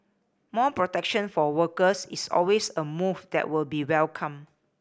more protection for workers is always a move that will be welcomed